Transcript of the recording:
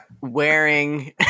Wearing